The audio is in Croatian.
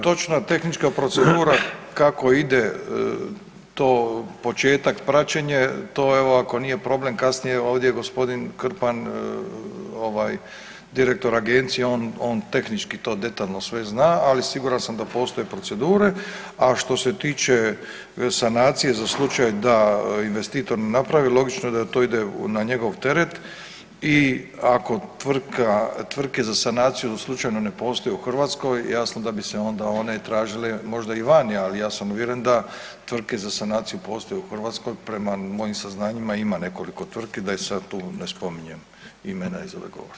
Točna tehnička procedura kako ide to početak pra enje, to je ako nije problem kasnije, ovdje je gospodin Krpan, direktor Agencije, on tehnički to detaljno sve zna, ali siguran da postoji procedure, a što se tiče sanacije za slučaj da investitor ne napravi, logično da to ide na njegov teret i ako tvrtke za sanaciju da slučajno ne postoje u Hrvatskoj jasno da bi se onda one tražile možda i vani, ali ja sam uvjeren da tvrtke za sanaciju postoje u Hrvatskoj, prema mojim saznanjima ima nekoliko tvrtki, da ih sad tu ne spominjem imena iz ove govornice.